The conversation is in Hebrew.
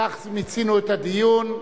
כך מיצינו את הדיון.